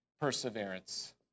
Perseverance